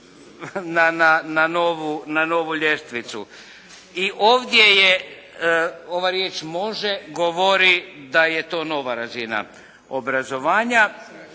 na novu ljestvicu. I ovdje je ova riječ: "može" govori da je to nova razina obrazovanja.